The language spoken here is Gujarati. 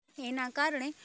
એના કારણે